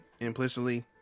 implicitly